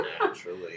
naturally